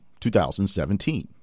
2017